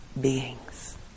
beings